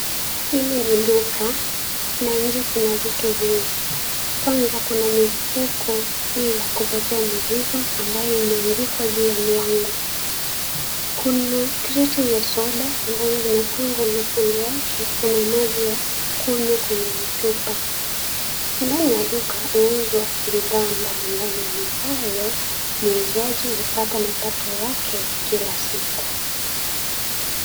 Hili ni duka na nche kuna vitu vingi kwanza kuna mifuko hii ya kubebea mizigo ambayo imeangikwa kwa milango. Kuna creti za soda ambazo zimepangwa na kando yake kuna maji ya kunywa kwenye vichupa. Ndani ya duka huuzwa bidhaa mbalimbali ambayo muuzaji hupata mapato yake ya kila siku.